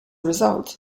result